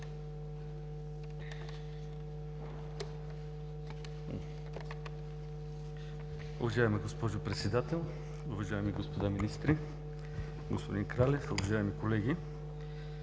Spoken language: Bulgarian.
Уважаема госпожо Председател, уважаеми господа министри, господин Кралев, уважаеми колеги!